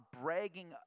bragging